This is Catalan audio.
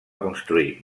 construir